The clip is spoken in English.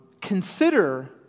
consider